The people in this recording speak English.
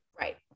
Right